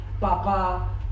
Papa